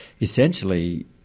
essentially